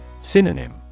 Synonym